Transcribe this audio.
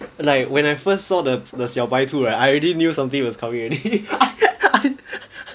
like when I first saw the the 小白兔 right I already knew something was coming already